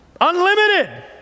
Unlimited